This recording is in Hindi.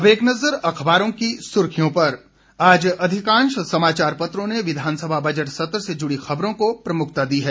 अब एक नज़र अखबारों की सुर्खियों पर आज अधिकांश समाचार पत्रों ने विधानसभा बजट सत्र से जुड़ी खबरों को प्रमुखता दी है